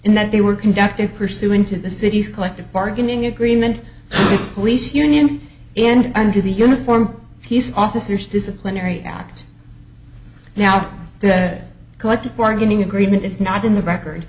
in that they were conducted pursuant to the city's collective bargaining agreement its police union and under the uniform peace officers disciplinary act now the collective bargaining agreement is not in the record